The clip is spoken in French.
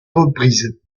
reprises